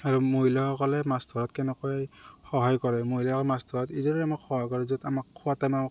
আৰু মহিলাসকলে মাছ ধৰাত কেনেকৈ সহায় কৰে মহিলাসকল মাছ ধৰাত এইদৰে আমাক সহায় কৰে য'ত আমাক খোৱাত আমাক